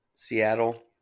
Seattle